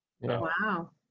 Wow